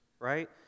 right